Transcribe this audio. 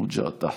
עוג'ה א-תחְתא.